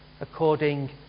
according